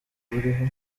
buriho